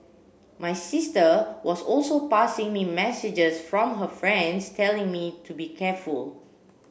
my sister was also passing me messages from her friends telling me to be careful